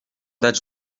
dać